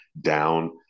down